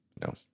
no